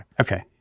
Okay